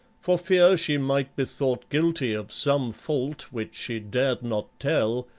for fear she might be thought guilty of some fault which she dared not tell,